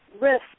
risk